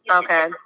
okay